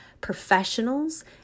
professionals